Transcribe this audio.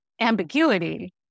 ambiguity